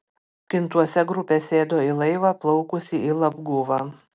kintuose grupė sėdo į laivą plaukusį į labguvą